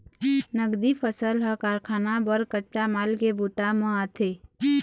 नगदी फसल ह कारखाना बर कच्चा माल के बूता म आथे